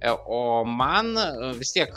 e o man vis tiek